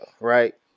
right